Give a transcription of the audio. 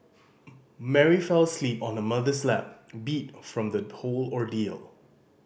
Mary fell asleep on her mother's lap beat from the whole ordeal